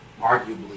arguably